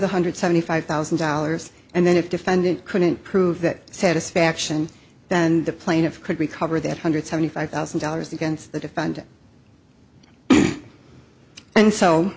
the hundred seventy five thousand dollars and then if defendant couldn't prove that satisfaction then the plaintive could recover that hundred seventy five thousand dollars against the defendant and so